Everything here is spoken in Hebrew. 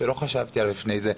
שלא חשבתי עליו לפני כן.